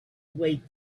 wait